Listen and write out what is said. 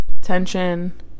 tension